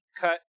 cut